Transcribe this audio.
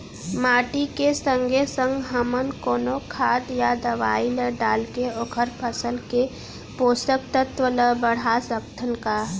माटी के संगे संग हमन कोनो खाद या दवई ल डालके ओखर फसल के पोषकतत्त्व ल बढ़ा सकथन का?